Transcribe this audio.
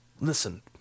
listen